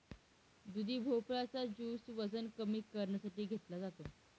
दुधी भोपळा चा ज्युस वजन कमी करण्यासाठी घेतला जातो